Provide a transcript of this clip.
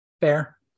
Fair